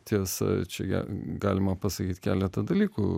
tiesa čia ge galima pasakyt keletą dalykų